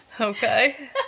okay